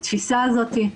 אל תצחיק אותי.